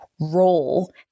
role